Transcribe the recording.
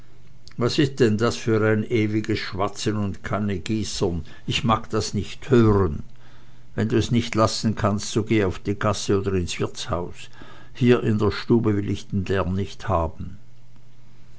was ist denn das für ein ewiges schwatzen und kannegießern ich mag das nicht hören wenn du es nicht lassen kannst so geh auf die gasse oder ins wirtshaus hier in der stube will ich den lärm nicht haben